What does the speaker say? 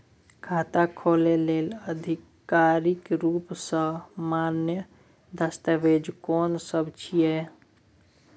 खाता खोले लेल आधिकारिक रूप स मान्य दस्तावेज कोन सब छिए?